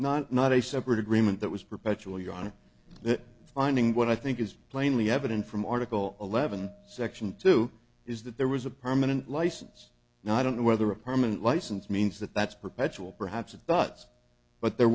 not not a separate agreement that was perpetually on it finding what i think is plainly evident from article eleven section two is that there was a permanent license now i don't know whether a permanent license means that that's perpetual perhaps of thoughts but there